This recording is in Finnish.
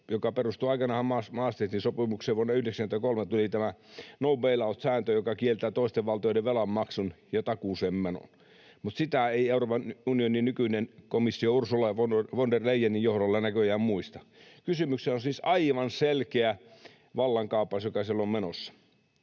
peruskirja — aikanaanhan Maastrichtin sopimukseen vuonna 93 tuli tämä no bail-out -sääntö, joka kieltää toisten valtioiden velan maksun ja takuuseen menon — mutta sitä ei Euroopan unionin nykyinen komissio Ursula von der Leyenin johdolla näköjään muista. Kysymyksessä on siis aivan selkeä vallankaappaus, joka siellä on menossa.